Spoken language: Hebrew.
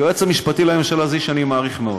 היועץ המשפטי לממשלה, זה איש שאני מעריך מאוד.